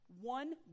One